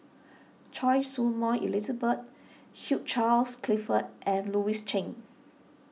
Choy Su Moi Elizabeth Hugh Charles Clifford and Louis Chen